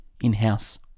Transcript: in-house